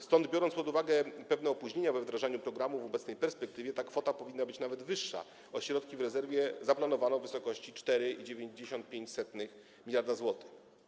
Stąd biorąc pod uwagę pewne opóźnienia we wdrażaniu programów w obecnej perspektywie, ta kwota powinna być nawet wyższa, a środki w rezerwie zaplanowano w wysokości 4,95 mld zł.